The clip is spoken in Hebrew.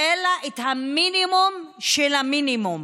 אלא את המינימום של המינימום.